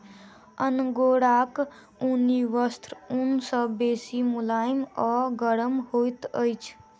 अंगोराक ऊनी वस्त्र ऊन सॅ बेसी मुलैम आ गरम होइत अछि